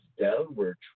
downward